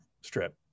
strip